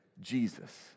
Jesus